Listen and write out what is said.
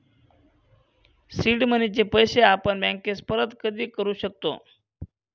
seed मनीचे पैसे आपण बँकेस परत कधी करू शकतो